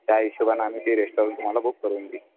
त्या हिशोबानं आम्ही ते रेस्टॉरंट तुम्हाला बुक करून देऊ